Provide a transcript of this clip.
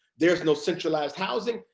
there's no centralized housing,